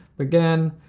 again,